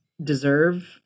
deserve